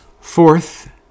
Fourth